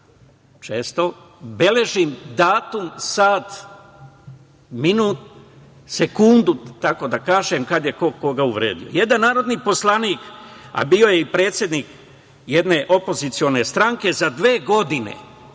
često, beležim datum, sat, minut, sekundu, tako da kažem, kad je ko koga uvredio. Jedan narodni poslanik, a bio je i predsednik jedne opozicione stranke, za dve godine